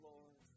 Lord